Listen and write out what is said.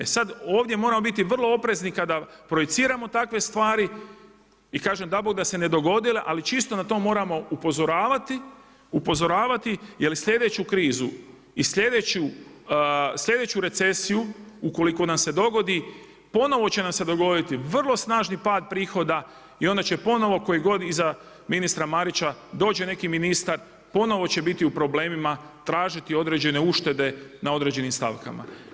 E sada ovdje moramo biti vrlo oprezni kada projiciramo takve stvari i kažem dabogda se ne dogodile, ali čisto na to moramo upozoravati jel sljedeću krizu i sljedeću recesiju ukoliko nam se dogodi ponovo će nam se dogoditi vrlo snažni pad prihoda i onda će ponovo tko je iza ministra Marića dođe neki ministar ponovo će biti u problemima, tražiti određene uštede na određenim stavkama.